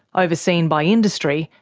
overseen by industry,